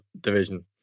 division